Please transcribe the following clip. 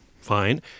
fine